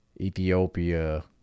Ethiopia